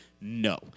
No